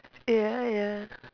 ya ya